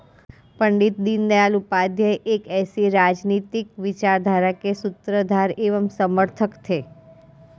पण्डित दीनदयाल उपाध्याय एक ऐसी राजनीतिक विचारधारा के सूत्रधार एवं समर्थक थे